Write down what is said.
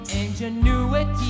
ingenuity